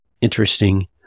interesting